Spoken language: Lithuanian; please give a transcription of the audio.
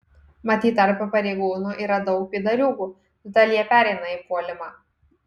matyt tarpe pareigūnų yra daug pydariūgų todėl jie pereina į puolimą